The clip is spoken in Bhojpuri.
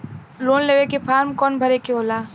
लोन लेवे के फार्म कौन भरे के होला?